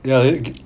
ya it